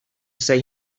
say